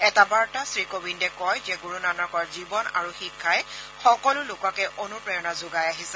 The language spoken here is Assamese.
এটা বাৰ্তাত শ্ৰীকোবিন্দে কয় যে গুৰুনানকৰ জীৱন আৰু শিক্ষাই সকলো লোককে অনুপ্ৰেৰণা যোগাই আহিছে